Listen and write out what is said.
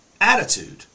attitude